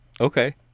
Okay